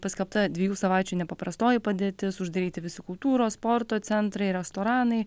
paskelbta dviejų savaičių nepaprastoji padėtis uždaryti visi kultūros sporto centrai restoranai